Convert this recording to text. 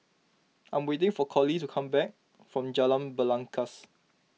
I'm waiting for Colie to come back from Jalan Belangkas